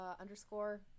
underscore